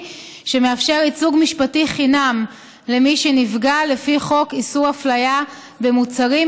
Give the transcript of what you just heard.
שמאפשר ייצוג משפטי חינם למי שנפגע לפי חוק איסור הפליה במוצרים,